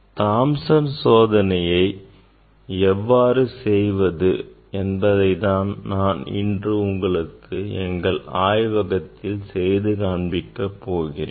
Thomson சோதனையை எவ்வாறு செய்வது என்பதை தான் இன்று நான் உங்களுக்கு எங்கள் ஆய்வகத்தில் செய்து காண்பிக்கப் போகிறேன்